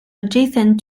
adjacent